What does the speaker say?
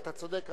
אתה צודק,